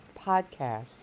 podcast